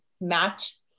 match